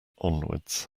onwards